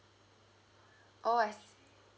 oh I see